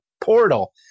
portal